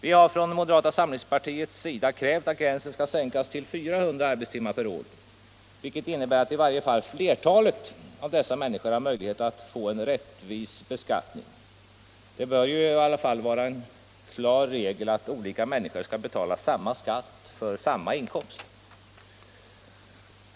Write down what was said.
Vi har från moderata samlingspartiets sida krävt att gränsen skall sänkas till 400 arbetstimmar per år, vilket innebär att i varje fall flertalet av dessa människor har möjlighet att få en rättvis beskattning. Det bör dock vara en regel att människor skall betala samma skatt för samma inkomst.